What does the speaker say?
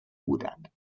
بودند